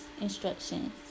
instructions